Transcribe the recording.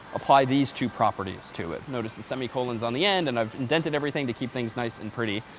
apply these two properties to it. notice the semi-colon's on the end, and i've invented everything to keep things nice and pretty.